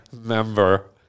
Member